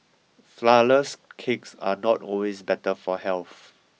flourless cakes are not always better for health